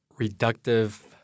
reductive